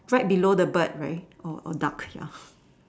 right below the bird right or duck